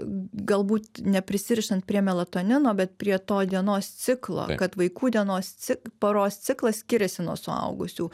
galbūt neprisirišant prie melatonino bet prie to dienos ciklo kad vaikų dienos cik paros ciklas skiriasi nuo suaugusių